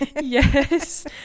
Yes